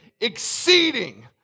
Exceeding